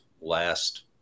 last